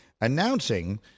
announcing